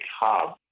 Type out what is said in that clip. hub